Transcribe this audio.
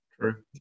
True